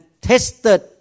tested